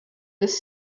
this